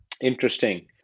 Interesting